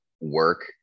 work